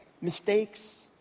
mistakes